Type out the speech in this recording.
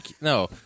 No